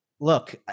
Look